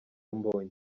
mbonyi